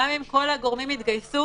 גם אם כל הגורמים יתגייסו,